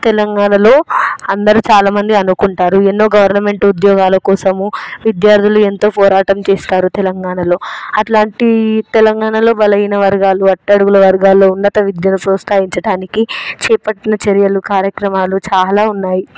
తెలంగాణలో అందరు చాలామంది అనుకుంటారు ఎన్నో గవర్నమెంట్ ఉద్యోగాల కోసం విద్యార్థులు ఎంతో పోరాటం చేశారు తెలంగాణలో అలాంటి తెలంగాణలో బలహీన వర్గాలు అట్టడుగుల వర్గాలలో ఉన్నత విద్యను ప్రోత్సహించడానికి చేపట్టిన చర్యలు కార్యక్రమాలు చాలా ఉన్నాయి